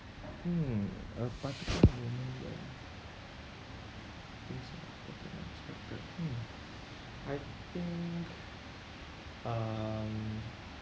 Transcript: hmm a particular moment when thing turned out better than expected hmm I think um